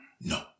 No